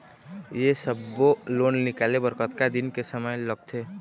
ये सब्बो लोन निकाले बर कतका दिन के समय लगथे?